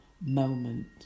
moment